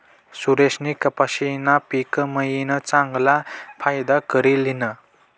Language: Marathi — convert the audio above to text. सुरेशनी कपाशीना पिक मायीन चांगला फायदा करी ल्हिना